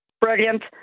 brilliant